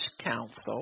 Council